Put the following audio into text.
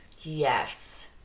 Yes